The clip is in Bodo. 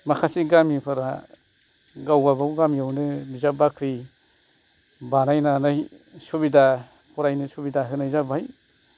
माखासे गामिफोरा गावबा गाव गामियावनो बिजाब बाख्रि बानायनानै सुबिदा फरायनो सुबिदा होनाय जाबाय